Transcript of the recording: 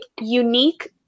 unique